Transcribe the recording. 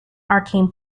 arcane